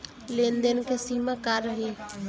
लेन देन के सिमा का रही?